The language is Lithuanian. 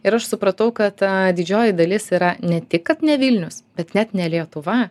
ir aš supratau kad ta didžioji dalis yra ne tik kad ne vilnius bet net ne lietuva